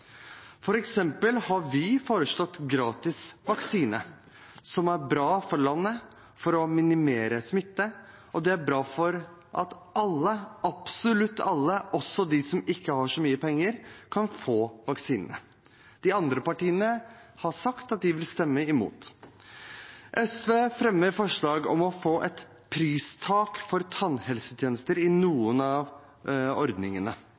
har vi foreslått gratis vaksine, som er bra for landet for å minimere smitte, og det er bra at alle – absolutt alle, også de som ikke har så mye penger – kan få vaksinene. De andre partiene har sagt at de vil stemme imot. SV fremmer forslag om å få et pristak på tannhelsetjenester i noen av ordningene,